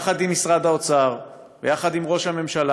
יחד עם משרד האוצר ויחד עם משרד ראש הממשלה,